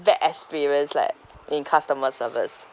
bad experience like in customer service